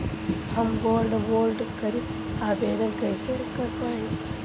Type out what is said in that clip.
हम gold bond करतिं आवेदन कइसे कर पाइब?